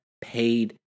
paid